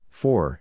four